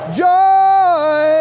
joy